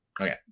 Okay